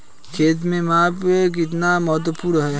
खेत में माप कितना महत्वपूर्ण है?